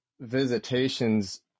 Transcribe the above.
visitations